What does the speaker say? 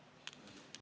Kõik